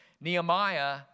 Nehemiah